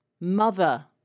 Mother